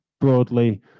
broadly